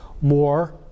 more